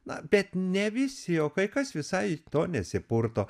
na bet ne visi o kai kas visai to nesipurto